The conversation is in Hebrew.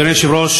אדוני היושב-ראש,